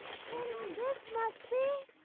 then this must be